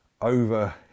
over